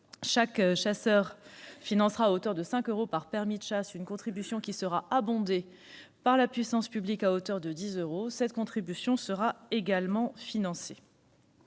chaque chasseur financera à hauteur de 5 euros par permis de chasse une contribution qui sera abondée par la puissance publique à hauteur de 10 euros, laquelle, je le répète, sera également financée.